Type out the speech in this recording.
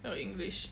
the english